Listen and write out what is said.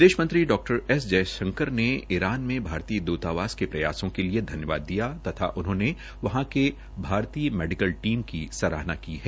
विदेश मंत्री Dr S Jaishankar ने ईरान में भारतीय दूतावास के प्रयासों के लिए धन्यवाद दिया तथा उन्होंने वहां के भारतीय मेडिकल टीम की सराहना की है